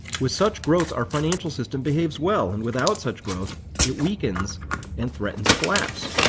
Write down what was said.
with such growth our financial system behaves well, and without such growth it weakens and threatens collapse.